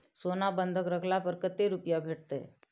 सोना बंधक रखला पर कत्ते रुपिया भेटतै?